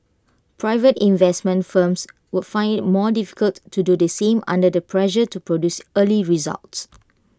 private investment firms would find IT more difficult to do the same under the pressure to produce early results